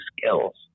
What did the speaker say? skills